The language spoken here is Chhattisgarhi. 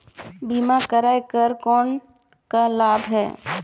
बीमा कराय कर कौन का लाभ है?